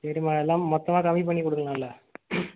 சரிம்மா எல்லாம் மொத்தமாக கம்மிப்பண்ணி கொடுக்கலான்ல